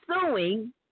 suing